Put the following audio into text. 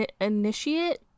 Initiate